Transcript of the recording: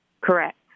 Correct